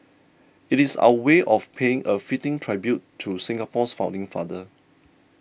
it is our way of paying a fitting tribute to Singapore's founding father